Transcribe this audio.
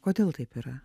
kodėl taip yra